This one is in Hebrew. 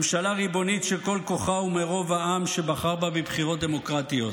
ממשלה ריבונית שכל כוחה הוא מרוב העם שבחר בה בבחירות דמוקרטיות,